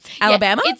Alabama